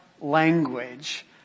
language